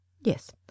yes